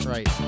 Right